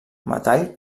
metall